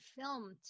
film